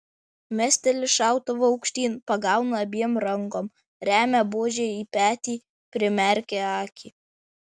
mesteli šautuvą aukštyn pagauna abiem rankom remia buožę į petį primerkia akį